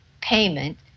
payment